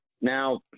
Now